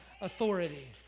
authority